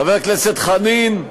חבר הכנסת חנין,